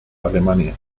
alemania